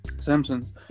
Simpsons